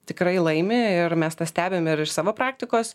tikrai laimi ir mes tą stebim ir iš savo praktikos